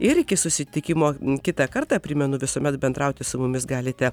ir iki susitikimo kitą kartą primenu visuomet bendrauti su mumis galite